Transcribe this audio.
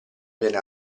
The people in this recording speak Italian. viene